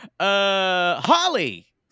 Holly